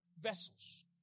vessels